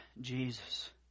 Jesus